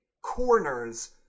corners